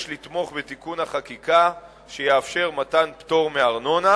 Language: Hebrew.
יש לתמוך בתיקון החקיקה, שיאפשר מתן פטור מארנונה.